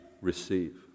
receive